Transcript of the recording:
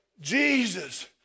Jesus